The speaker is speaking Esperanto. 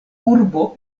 urbo